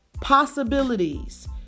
possibilities